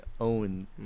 own